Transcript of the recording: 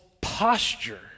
posture